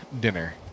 dinner